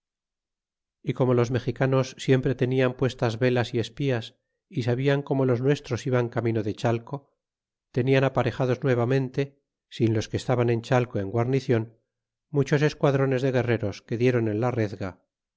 y corno los mexicanos siempre tenia puestas velas y espías y sabian como los nuestros iban camino de chateo tenian aparejados nuevamente sin los que estaban en chateo en guarnicion muchos esquadrones de guerreros que dieron en la rezga